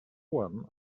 one